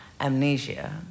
Amnesia